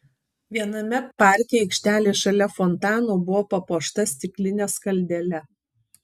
viename parke aikštelė šalia fontano buvo papuošta stikline skaldele